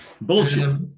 Bullshit